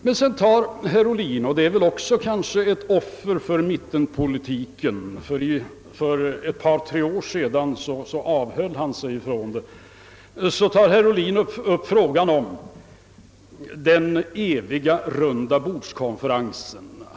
Sedan tar herr Ohlin — kanske också som ett offer för mittenpolitiken, ty för ett par tre år sedan avhöll han sig från det — upp frågan om den eviga rundabordskonferensen.